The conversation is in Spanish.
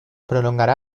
prolongará